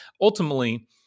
ultimately